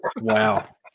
Wow